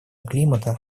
климата